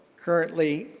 currently,